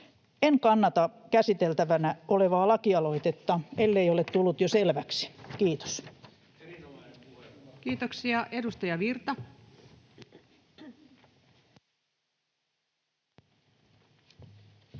En kannata käsiteltävänä olevaa lakialoitetta, ellei ole tullut jo selväksi. — Kiitos. [Mauri